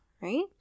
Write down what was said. right